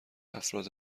افراد